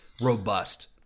robust